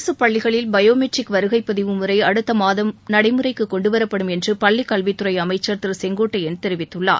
அரசுப் பள்ளிகளில் biometric வருகைப் பதிவு முறை அடுத்த மாதம் நடைமுறைக்கு கொண்டு வரப்படும் என்று பள்ளி கல்வித்துறை அமைச்சர் திரு செங்கோட்டையன் தெரிவித்துள்ளார்